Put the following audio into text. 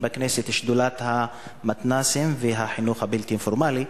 בכנסת את שדולת המתנ"סים והחינוך הבלתי פורמלי,